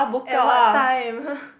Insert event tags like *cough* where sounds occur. at what time *laughs*